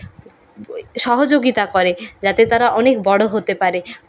সহযোগিতা করে যাতে তারা অনেক বড়ো হতে পারে